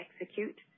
execute